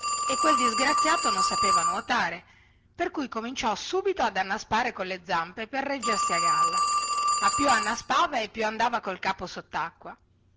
e quel disgraziato non sapeva nuotare per cui cominciò subito ad annaspare colle zampe per reggersi a galla ma più annaspava e più andava col capo sottacqua